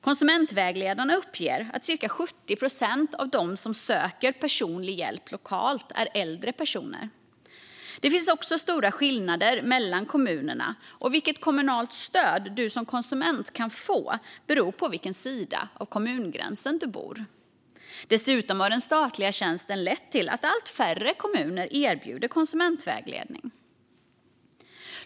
Konsumentvägledarna uppger att cirka 70 procent av dem som söker personlig hjälp lokalt är äldre personer. Det finns stora skillnader mellan kommunerna, och vilket kommunalt stöd du som konsument kan få beror på vilken sida av kommungränsen du bor. Dessutom har den statliga tjänsten lett till att allt färre kommuner erbjuder konsumentvägledning.